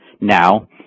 Now